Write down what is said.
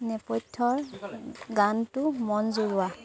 নেপথ্যৰ গানটো মন জুৰোৱা